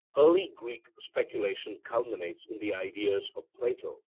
early greek speculation culminates in the ideas of plato,